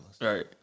right